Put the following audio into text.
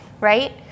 right